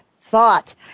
thought